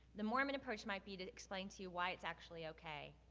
the mormon approach might be to explain to you why it's actually okay.